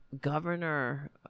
governor